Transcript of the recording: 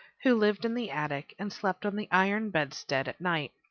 who lived in the attic and slept on the iron bedstead at night.